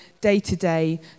day-to-day